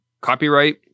copyright